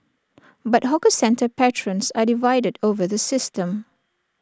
but hawker centre patrons are divided over the system